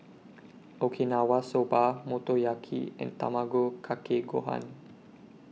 Okinawa Soba Motoyaki and Tamago Kake Gohan